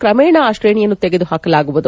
ಕ್ರಮೇಣ ಆ ಶ್ರೇಣಿಯನ್ನು ತೆಗೆದು ಹಾಕಲಾಗುವುದು